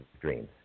dreams